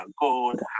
God